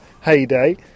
heyday